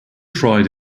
tried